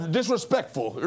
disrespectful